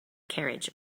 carriage